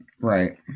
Right